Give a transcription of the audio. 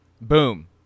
boom